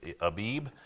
Abib